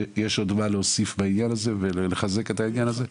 מרגיש יש עוד מה להוסיף בעניין הזה ולחזק אותו?